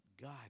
God